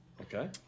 Okay